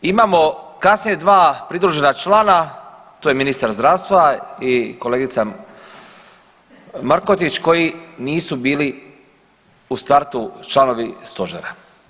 Imamo kasnije dva pridružena člana, to je ministar zdravstva i kolegica Markotić koji nisu bili u startu članovi Stožera.